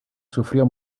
sufrió